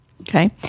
Okay